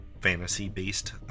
fantasy-based